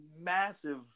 massive